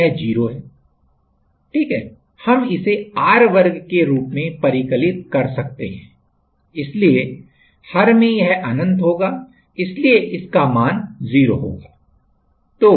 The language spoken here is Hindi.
यह 0 है ठीक है हम इसे r वर्ग के रूप में परिकलित कर सकते हैं इसलिए हर में यह अनंत होगा इसलिए यह 0 होगा